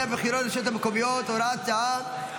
הבחירות לרשויות המקומיות (הוראת שעה),